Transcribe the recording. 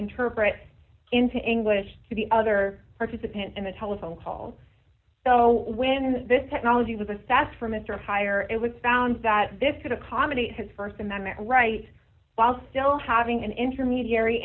interpret into english to the other participant in a telephone call so when this technology was a sat for mr higher it was found that this could accommodate his st amendment rights while still having an intermediary